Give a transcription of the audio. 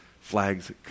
flags